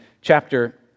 chapter